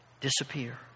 Disappear